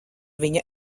viņa